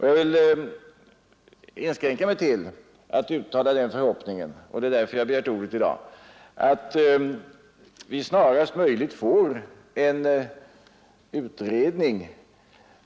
Jag vill inskränka mig till att uttala den förhoppningen — det är därför jag har begärt ordet i dag — att vi snarast möjligt far en utredning.